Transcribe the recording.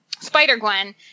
Spider-Gwen